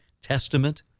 Testament